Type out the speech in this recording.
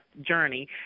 journey